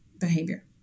behavior